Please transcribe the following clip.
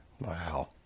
Wow